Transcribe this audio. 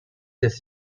his